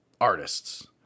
artists